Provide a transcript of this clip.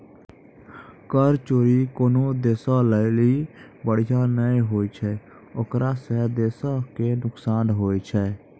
कर चोरी कोनो देशो लेली बढ़िया नै होय छै ओकरा से देशो के नुकसान होय छै